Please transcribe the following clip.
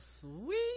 sweet